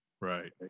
right